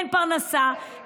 אין פרנסה,